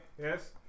yes